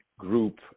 group